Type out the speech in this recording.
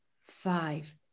five